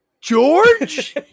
George